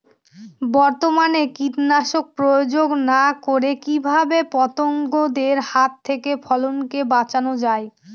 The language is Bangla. বর্তমানে কীটনাশক প্রয়োগ না করে কিভাবে পতঙ্গদের হাত থেকে ফসলকে বাঁচানো যায়?